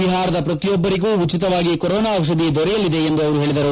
ಬಿಹಾರದ ಪ್ರತಿಯೊಬ್ಬರಿಗೂ ಉಚಿತವಾಗಿ ಕೊರೊನಾ ಔಷಧಿ ದೊರೆಯಲಿದೆ ಎಂದು ಅವರು ಹೇಳದರು